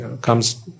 comes